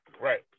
Right